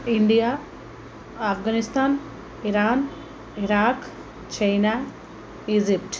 India Afghanistan Iran Iraq China Egypt